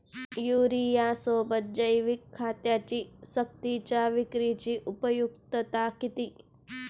युरियासोबत जैविक खतांची सक्तीच्या विक्रीची उपयुक्तता किती?